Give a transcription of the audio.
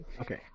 okay